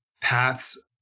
paths